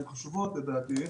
חשובות, לדעתי.